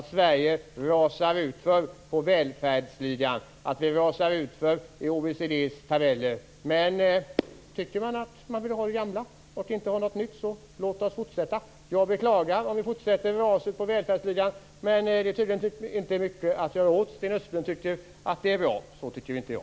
Sverige rasar utför i välfärdsligan, i OECD:s tabeller. Men tycker man att man vill ha kvar det gamla och inte vill ha något nytt, får man väl göra det. Jag beklagar om vi fortsätter att rasa ned i välfärdsligan, men det är tydligen inte mycket att göra åt. Sten Östlund tycker att det är bra. Så tycker inte jag.